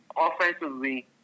offensively